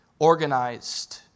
organized